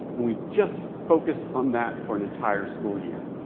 and we just focused on that for an entire school year.